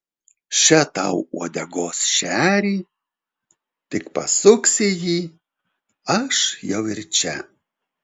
še tau uodegos šerį tik pasuksi jį aš jau ir čia